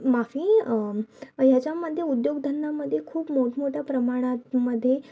माफी याच्यामध्ये उद्योगधंद्यामध्ये खूप मोठमोठ्या प्रमाणात मध्ये